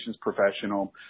professional